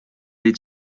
les